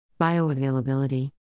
Bioavailability